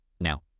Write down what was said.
now